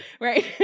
right